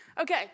Okay